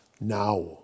now